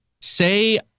Say